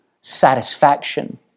satisfaction